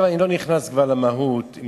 אני כבר לא נכנס למהות.